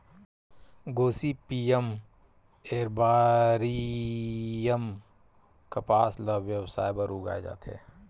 Gossypium arboreum कपसा ल बेवसाय बर उगाए जाथे